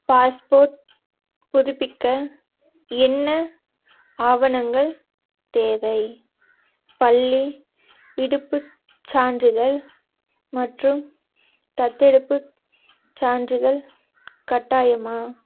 passport புதுப்பிக்க என்ன ஆவணங்கள் தேவை பள்ளி விடுப்புச் சான்றிதழ் மற்றும் தத்தெடுப்புச் சான்றிதழ் கட்டாயமா